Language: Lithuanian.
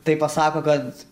tai pasako kad